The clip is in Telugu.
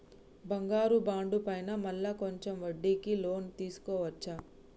బంగారు బాండు పైన మళ్ళా కొంచెం వడ్డీకి లోన్ తీసుకోవచ్చా?